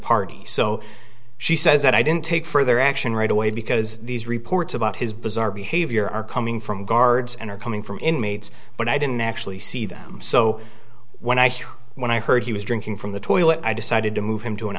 party so she says that i didn't take further action right away because these reports about his bizarre behavior are coming from guards and are coming from inmates but i didn't actually see them so when i heard when i heard he was drinking from the toilet i decided to move him to an